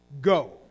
Go